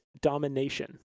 domination